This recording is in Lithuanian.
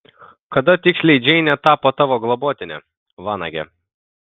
kada tiksliai džeinė tapo tavo globotine vanage